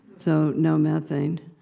so, no methane.